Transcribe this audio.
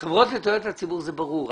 חברות לתועלת הציבור, זה ברור.